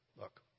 Look